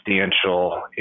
substantial